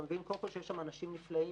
אתה מבין קודם כול שיש שם אנשים נפלאים